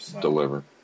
deliver